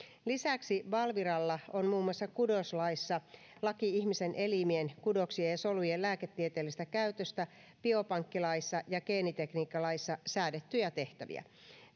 lisäksi valviralla on muun muassa kudoslaissa laki ihmisen elimien kudoksien ja solujen lääketieteellisestä käytöstä biopankkilaissa ja geenitekniikkalaissa säädettyjä tehtäviä